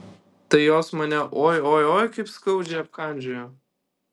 tai jos mane oi oi oi kaip skaudžiai apkandžiojo